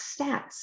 stats